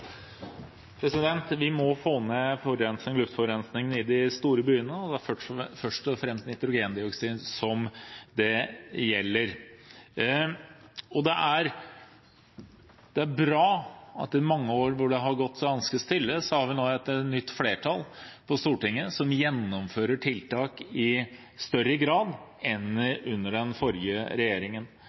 store byene, og det er først og fremst nitrogendioksid det gjelder. Det er bra at etter mange år hvor det har stått ganske stille, har vi nå et nytt flertall på Stortinget, som gjennomfører tiltak i større grad enn under den forrige regjeringen.